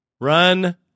Run